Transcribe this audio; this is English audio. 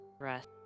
rest